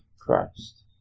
Christ